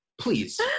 Please